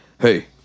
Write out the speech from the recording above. hey